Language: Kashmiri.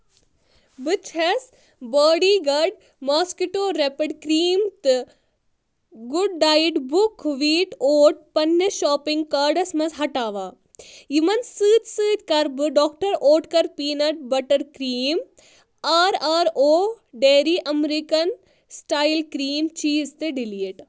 بہٕ چھَس body guard mosquito repellent cream تہٕ good diet buckwheat oat پنِنس شاپنگ کاڑس منٛز ہٹاوان یِمن سۭتۍ سۭتۍ کَر doctor oetker peanut butter cream R R O dairy American style cream cheese تہِ ڈیلیٖٹ